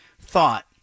thought